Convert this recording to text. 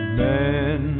man